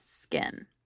skin